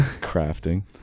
Crafting